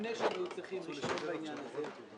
לפני שהם היו צריכים בעניין הזה,